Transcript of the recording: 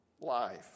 life